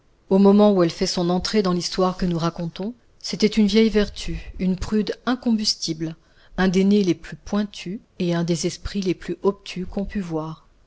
au moment où elle fait son entrée dans l'histoire que nous racontons c'était une vieille vertu une prude incombustible un des nez les plus pointus et un des esprits les plus obtus qu'on pût voir